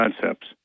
Concepts